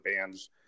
bands